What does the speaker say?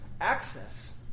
access